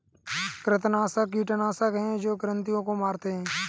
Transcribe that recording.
कृंतकनाशक कीटनाशक हैं जो कृन्तकों को मारते हैं